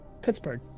pittsburgh